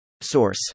Source